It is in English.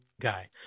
guy